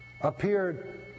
appeared